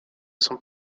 sont